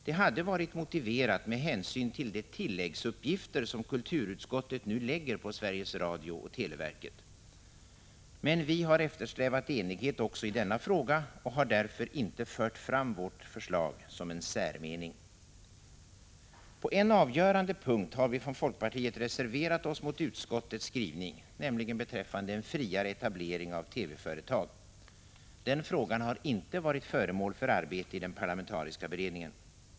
Det hade varit motiverat med hänsyn till de tilläggsuppgifter som kulturutskottet nu lägger på Sveriges Radio och televerket. Vi har emellertid eftersträvat enighet också i denna fråga och har därför inte fört fram vårt förslag som en särmening. På en avgörande punkt har vi från folkpartiet reserverat oss mot utskottets skrivning, nämligen beträffande en friare etablering av TV-företag. Denna fråga har inte varit föremål för arbete i den parlamentariska beredningen.